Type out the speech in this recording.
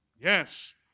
Yes